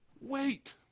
Wait